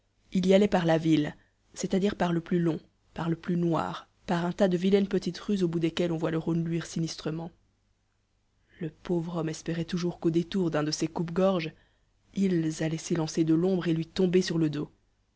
il y allait par la ville c'est-à-dire par le plus long par le plus noir par un tas de vilaines petites rues au bout desquelles on voit le rhône luire sinistrement le pauvre homme espérait toujours qu'au détour d'un de ces coupe-gorge ils allaient s'élancer de i'ombre et lui tomber sur le dos